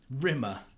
Rimmer